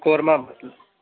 korma